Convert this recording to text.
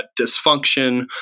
dysfunction